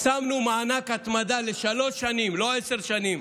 שמנו מענק ההתמדה לשלוש שנים, לא עשר שנים.